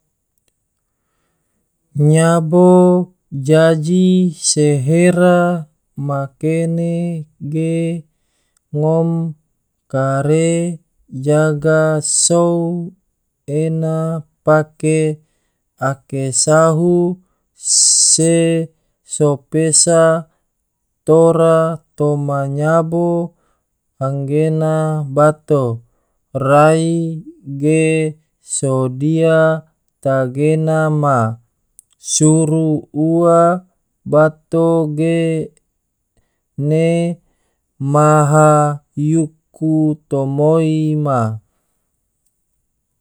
Nyabo jaji se hera ma kene ge ngom kare jaga sou ena pake ake sahu se so pesa tora toma nyabo anggena bato, rai ge sodia tagena ma, suru ua bato ge ne maha yuku tomoi ma.